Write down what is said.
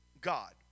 God